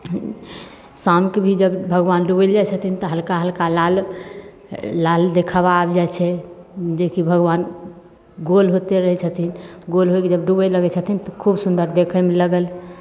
शामके भी जब भगवान डूबय लए जाइ छथिन तऽ हल्का हल्का लाल लाल देखवा आबि जाइ छै जेकि भगवान गोल होते रहय छथिन गोल होइके जब डूबे लगय छथिन तऽ खूब सुन्दर देखयमे लगल